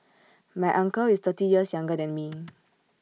my uncle is thirty years younger than me